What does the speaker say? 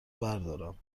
بردارم